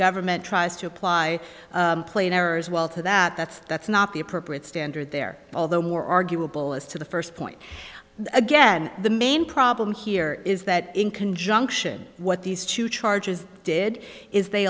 government tries to apply plane errors well to that that's that's not the appropriate standard there although more arguable as to the first point again the main problem here is that in conjunction what these two charges did is they